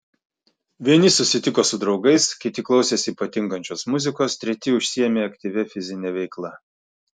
vieni susitiko su draugais kiti klausėsi patinkančios muzikos treti užsiėmė aktyvia fizine veikla